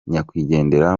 nyakwigendera